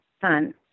son